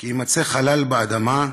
"כי יִמָצא חלל באדמה,